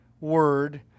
word